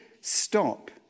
stop